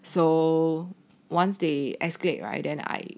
so once they escalate right then I